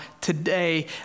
today